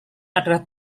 adalah